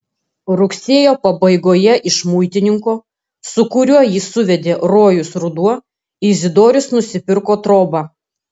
rugsėjo pabaigoje iš muitininko su kuriuo jį suvedė rojus ruduo izidorius nusipirko trobą